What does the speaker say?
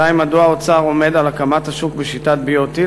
2. מדוע האוצר עומד על הקמת השוק בשיטת BOT,